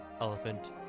elephant